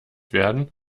werden